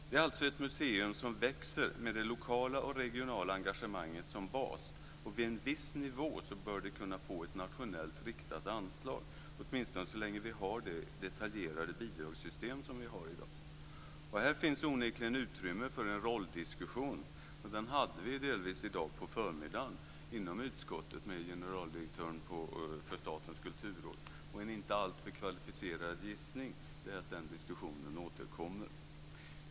Det är alltså ett museum som växer med det lokala och regionala engagemanget som bas. Vid en viss nivå bör det kunna få ett nationellt riktat anslag, åtminstone så länge vi har det detaljerade bidragssystem som vi har i dag. Här finns onekligen utrymme för en rolldiskussion. Den hade vi delvis i dag på förmiddagen i utskottet med generaldirektören för Statens kulturråd. En inte alltför kvalificerad gissning är att den diskussionen återkommer.